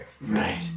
Right